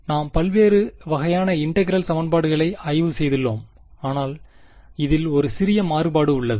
நாம் பல்வேறு வகையான இன்டெகிரல் சமன்பாடுகளை ஆய்வு செய்துள்ளோம் ஆனால் இதில் ஒரு சிறிய மாறுபாடு உள்ளது